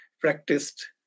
practiced